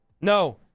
No